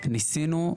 ניסינו,